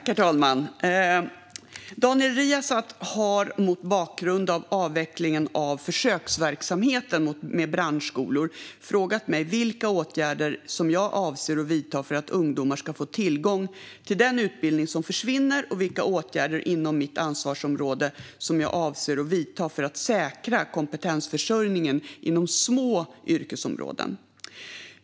Herr talman! Daniel Riazat har mot bakgrund av avvecklingen av försöksverksamheten med branschskolor frågat mig vilka åtgärder jag avser att vidta för att ungdomar ska få tillgång till den utbildning som försvinner och vilka åtgärder inom mitt ansvarsområde jag avser att vidta för att säkra kompetensförsörjningen inom små yrkesområden.